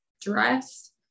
dress